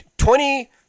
Twenty